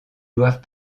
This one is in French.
doivent